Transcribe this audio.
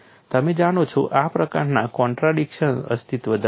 તમે જાણો છો આ પ્રકારના કોન્ટ્રાડિક્શન્સ અસ્તિત્વ ધરાવે છે